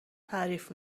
تعریف